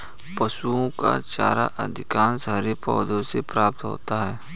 पशुओं का चारा अधिकांशतः हरे पौधों से प्राप्त होता है